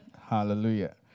Hallelujah